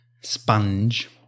Sponge